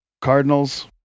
cardinals